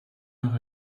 noch